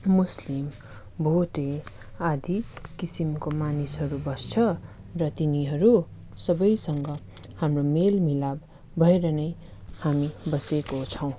मुस्लिम भोटे आदि किसिमको मानिसहरू बस्छ र तिनीहरू सबैसँग हाम्रो मेल मिलाप भएर नै हामी बसेको छौँ